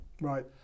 right